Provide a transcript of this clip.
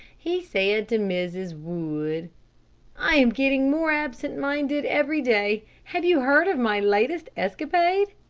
he said to mrs. wood i am getting more absent-minded every day. have you heard of my latest escapade?